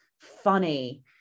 funny